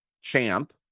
champ